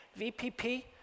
VPP